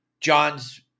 John's